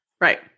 Right